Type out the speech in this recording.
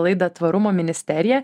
laidą tvarumo ministerija